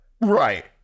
Right